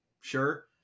Sure